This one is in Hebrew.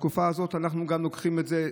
בתקופה הזאת אנחנו גם לוקחים את זה,